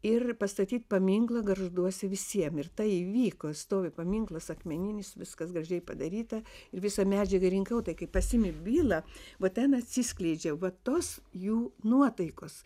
ir pastatyt paminklą gargžduose visiem ir tai įvyko stovi paminklas akmeninis viskas gražiai padaryta ir visą medžiagą rinkau tai kai pasiimi bylą va ten atsiskleidžiau vatos jų nuotaikos